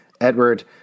Edward